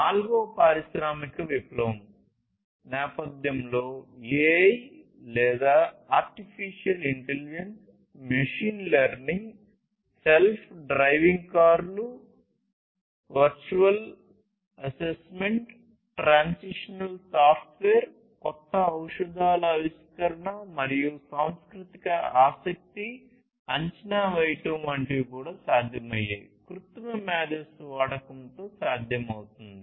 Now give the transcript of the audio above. నాల్గవ పారిశ్రామిక విప్లవం నేపథ్యంలో AI లేదా artificial intelligence machine learning self driving కార్లు వర్చువల్ అసెస్మెంట్ ట్రాన్సిషనల్ సాఫ్ట్వేర్ కొత్త ఔషధాల వాడకంతో సాధ్యమవుతుంది